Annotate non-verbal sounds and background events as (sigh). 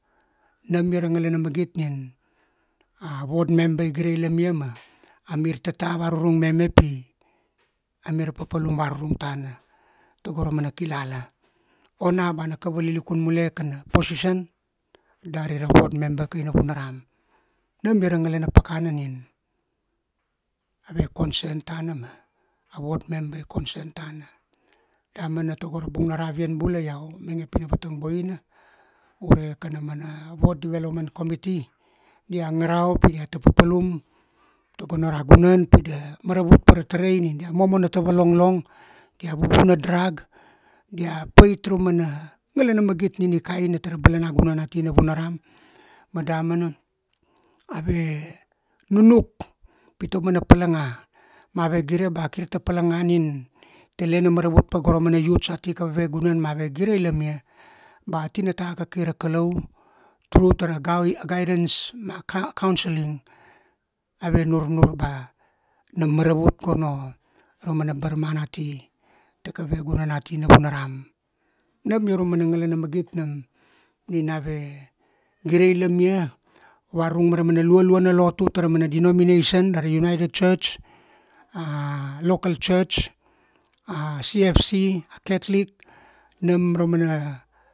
Nam ia ra ngalana magit nin, a ward member i girailamia ma, amir tata varurung meme pi, amira papalum varurung tana. Tago ra mana kilala, ona ba na kava lilikun mule kana position, dari ra ward member kai Navunaram. Nma ia ra ngalana pakana nin, ave concern tana ma, a ward member i concern tana. Damana tago ra bung na ravian bula iau mainge pina vatang boina, ure kanamana ward development committee, dia ngarau pi diat a papalum, togono ra guanan, pi da maravut pa ra tarai nina dia momo na tava longlong, dia vuvu na drug, dia pait ra mana ngalana magit nina i kaina tara balanagunan ati Navunaram, ma damana, ave nunuk pi tamana palanga, ma ave gire ba kirta palanga nin, tele na maravut pa go ra mana youths ati kaveve gunan ma ave girailimia, ba tinata ka kaira Kalau, through tara gai, a guidence ma counselling, ave nurnur ba na maravut gono ra mana baramana ati, ta kaveve gunan ati Navunaram. Nam ia ra mana ngalana magit nam, nina ave girailamia varurung mara mana lualua na lotu tara mana denomination dari NUnited Church, (hesitation) a local church, a CFC. a Catholic, nam ra mana